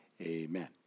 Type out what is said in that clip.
Amen